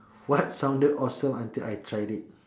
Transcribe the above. what sounded awesome until I tried it